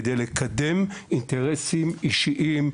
כדי לקדם אינטרסים אישיים,